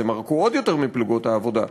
אז הם ערקו עוד יותר מפלוגות העבודה,